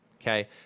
Okay